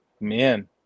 man